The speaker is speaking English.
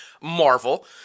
Marvel